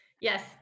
Yes